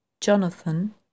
Jonathan